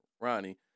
Ronnie